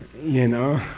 you know?